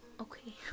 okay